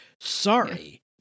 Sorry